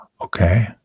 okay